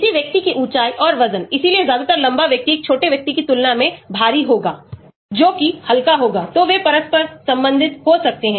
किसी व्यक्ति की ऊंचाई और वजन इसलिए ज्यादातर लंबा व्यक्ति एक छोटे व्यक्ति की तुलना में भारी होगा जोकि हल्का होगा तो वे परस्पर संबंधित हो सकते हैं